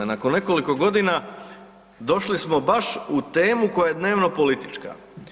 Nakon nekoliko godina došli smo baš u temu koja je dnevno politička.